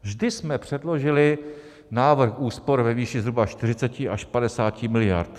Vždy jsme předložili návrh úspor ve výši zhruba 40 až 50 miliard.